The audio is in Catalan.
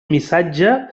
missatge